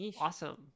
awesome